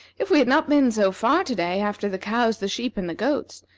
if we had not been so far to-day after the cows, the sheep, and the goats.